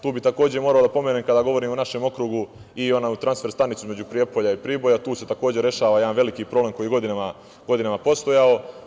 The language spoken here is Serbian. Tu bi, takođe moralo da pomenem kada govorim o našem okrugu i onu Transfer stanicu između Prijepolja i Priboja, tu se takođe rešava jedan veliki problem koji je godinama postojao.